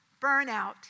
Burnout